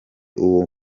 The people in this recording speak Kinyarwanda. uwo